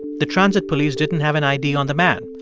the transit police didn't have an id on the man.